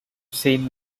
same